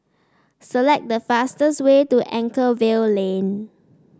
select the fastest way to Anchorvale Lane